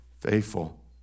faithful